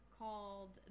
called